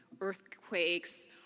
earthquakes